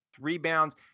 rebounds